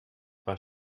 waar